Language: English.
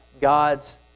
God's